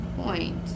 point